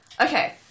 Okay